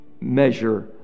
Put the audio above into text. measure